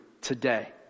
today